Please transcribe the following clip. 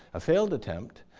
a failed attempt,